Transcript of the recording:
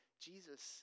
Jesus